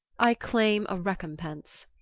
i claim a recompense.